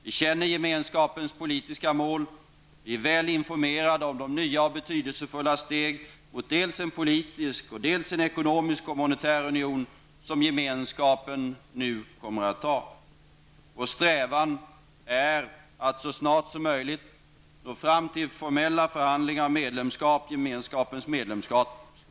Vi känner Gemenskapens politiska mål, och vi är väl informerade om de nya och betydelsefulla steg mot dels en politisk, dels en ekonomisk och monetär union som Gemenskapen nu kommer att ta. Vår strävan är att så snart som möjligt nå fram till formella förhandlingar om medlemskap med Gemenskapens medlemsstater.